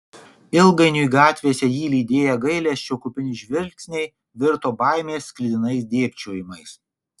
ilgainiui gatvėse jį lydėję gailesčio kupini žvilgsniai virto baimės sklidinais dėbčiojimais